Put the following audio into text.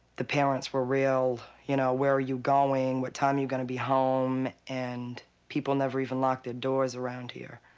the parents were real, you know, where are you going? what time are you going to be home? and people never even locked the doors around here.